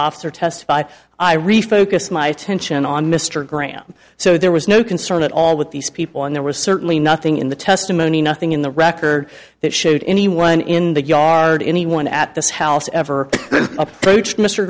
officer testified i refocused my attention on mr graham so there was no concern at all with these people and there was certainly nothing in the testimony nothing in the record that showed anyone in the yard anyone at this house ever approached mr